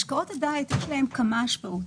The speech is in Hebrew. משקאות הדיאט יש להם כמה השפעות.